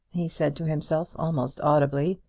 he said to himself almost audibly.